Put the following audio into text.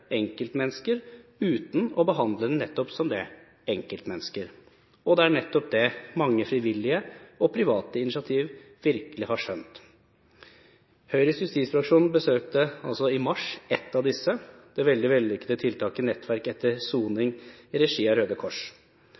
enkeltmennesker uten å behandle dem som nettopp det – enkeltmennesker. Det er nettopp det mange frivillige og private initiativ virkelig har skjønt. Høyres justisfraksjon besøkte i mars ett av disse, det vellykkede tiltaket Nettverk etter soning, i regi av Røde Kors.